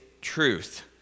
truth